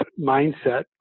mindset